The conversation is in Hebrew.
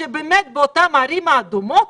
שבאמת באותן ערים אדומות